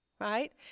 right